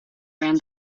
around